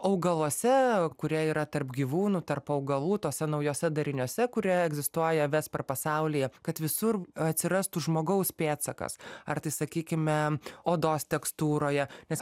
augaluose kurie yra tarp gyvūnų tarp augalų tuose naujuose dariniuose kurie egzistuoja ves per pasaulyje kad visur atsirastų žmogaus pėdsakas ar tai sakykime odos tekstūroje nes